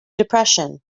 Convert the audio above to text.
depression